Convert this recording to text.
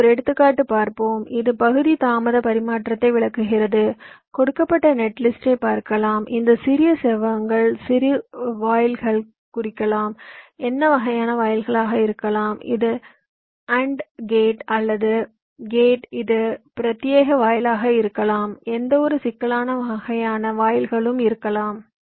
எனவே ஒரு எடுத்துக்காட்டு பார்ப்போம் இது பகுதி தாமத பரிமாற்றத்தையும் விளக்குகிறது கொடுக்கப்பட்ட நெட்லிஸ்ட்டை பார்க்கலாம் இந்த சிறிய செவ்வகங்கள் சில வாயில்களைக் குறிக்கலாம்என்ன வகையான வாயிலாகவும் இருக்கலாம் இது AND கேட் OR கேட் இது பிரத்தியேக வாயிலாக இருக்கலாம் எந்தவொரு சிக்கலான வகையான வாயில்களும் இருக்கலாம்